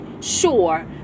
sure